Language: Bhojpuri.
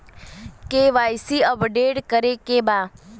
के.वाइ.सी अपडेट करे के बा?